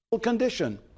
condition